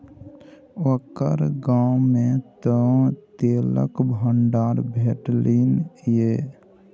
ओकर गाममे तँ तेलक भंडार भेटलनि ये